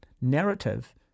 narrative